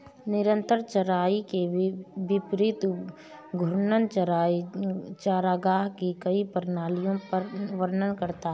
निरंतर चराई के विपरीत घूर्णन चराई चरागाह की कई प्रणालियों का वर्णन करता है